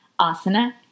asana